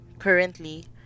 Currently